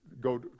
go